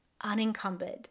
unencumbered